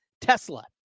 Tesla